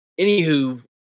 anywho